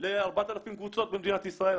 ל-4,000 קבוצות במדינת ישראל?